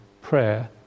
prayer